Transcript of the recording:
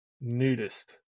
nudist